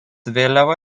vėliava